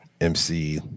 MC